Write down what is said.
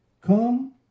Come